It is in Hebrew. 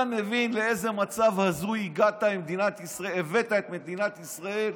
אתה מבין לאיזה מצב הזוי הבאת את מדינת ישראל?